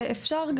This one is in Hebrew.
ואפשר,